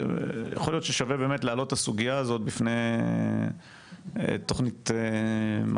יכול להיות ששווה באמת להעלות את הסוגיה הזאת בפני תוכנית "מסע".